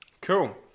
cool